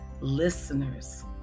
listeners